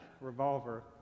revolver